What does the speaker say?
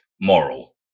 moral